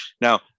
now